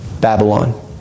Babylon